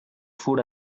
food